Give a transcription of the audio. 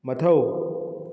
ꯃꯊꯧ